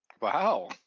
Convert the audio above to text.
Wow